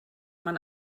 man